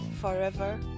forever